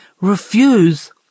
refuse